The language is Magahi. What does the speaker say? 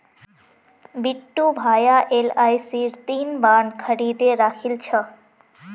बिट्टू भाया एलआईसीर तीन बॉन्ड खरीदे राखिल छ